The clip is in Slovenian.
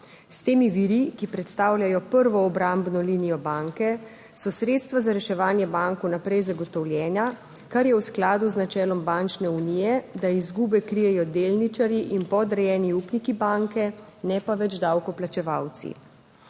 S temi viri, ki predstavljajo prvo obrambno linijo banke, so sredstva za reševanje bank vnaprej zagotovljena, kar je v skladu z načelom bančne unije, da izgube krijejo delničarji in podrejeni upniki banke, ne pa več davkoplačevalci.